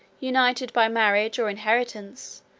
united, by marriage or inheritance,